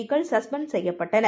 க்கள்சஸ்பெண்ட்செய்யப்பட்டனர்